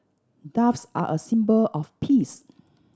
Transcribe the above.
doves are a symbol of peace